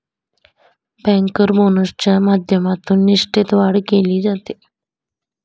banker बोनसच्या माध्यमातून निष्ठेत वाढ केली जाते